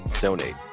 donate